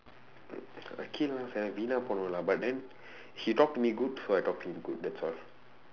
akhil வந்து வீணா போனவன்:vandthu viinaa poonavan lah but then he talk to me good so I talk to him good that's all